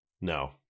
No